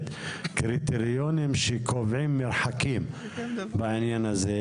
קריטריונים שקובעים מרחקים בעניין הזה,